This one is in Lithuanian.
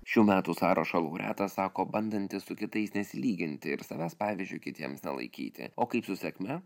šių metų sąrašo laureatas sako bandanti su kitais nesilyginti ir savęs pavyzdžiui kitiems nelaikyti o kaip su sėkme